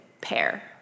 pair